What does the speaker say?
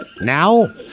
Now